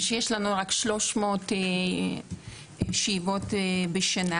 יש לנו רק 300 שאיבות בשנה,